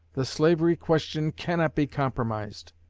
the slavery question cannot be compromised.